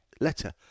letter